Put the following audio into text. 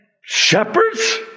shepherds